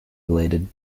related